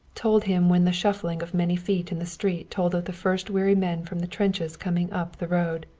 told him when the shuffling of many feet in the street told of the first weary men from the trenches coming up the road.